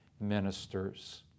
ministers